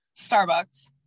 Starbucks